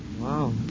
Wow